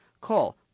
Call